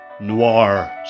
Noir